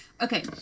Okay